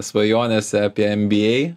svajonėse apie en by ei